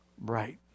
bright